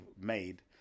made